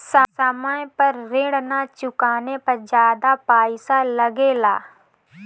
समय पर ऋण ना चुकाने पर ज्यादा पईसा लगेला?